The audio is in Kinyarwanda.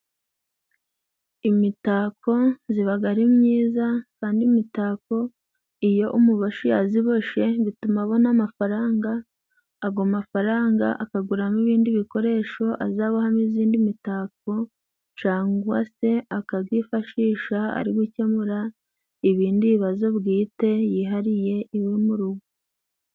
Imitako zibaga ari myiza kandi n'imitako iyo umuboshi yaziboshye, bituma abona amafaranga, ago mafaranga akaguramo ibindi bikoresho azabohamo izindi mitako cangwa se akagifashisha ari gukemura ibindi bibazo bwite yihariye iwe mu rugo.